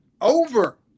over